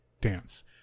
dance